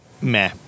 Meh